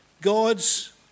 God's